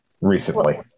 recently